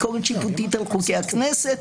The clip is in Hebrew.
הדיון דיברו בעיקר חברי הכנסת או רק חברי